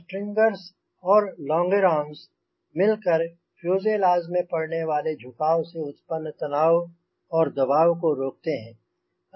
stringers और longerons मिल कर फ़्यूज़ेलाज़ में पड़ने वाले झुकाव से उत्पन्न तनाव और दबाव को रोकते हैं